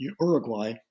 Uruguay